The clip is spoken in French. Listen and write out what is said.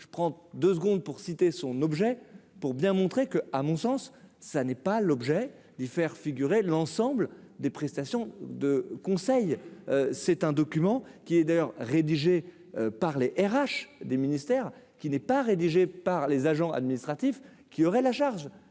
je prends. Deux secondes pour citer son objet, pour bien montrer que, à mon sens, ça n'est pas l'objet d'y faire figurer l'ensemble des prestations de conseil, c'est un document qui est d'ailleurs rédigé par les RH des ministères qui n'est pas rédigé par les agents administratifs qui aurait la charge